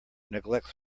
neglects